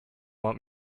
want